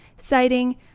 citing